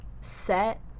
set